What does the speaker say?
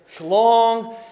long